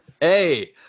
hey